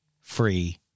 free